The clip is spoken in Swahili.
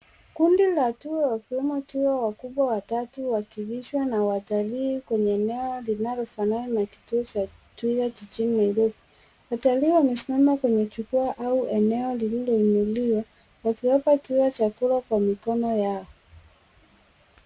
Kundi la twiga wakiwemo twiga wakubwa watatu wakilishwa na watalii kwenye eneo linalofanana na kituo cha twiga jijini Nairobi. Watalii wamesimama kwenye jukwaa au eneo lililoinuliwa wakiwapa twiga chakula kwa mikono yao.